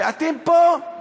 ואתם פה,